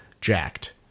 jacked